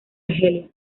argelia